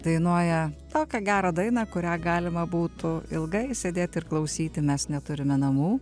dainuoja tokią gerą dainą kurią galima būtų ilgai sėdėti ir klausyti mes neturime namų